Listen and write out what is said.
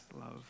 love